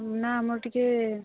ନା ଆମର ଟିକେ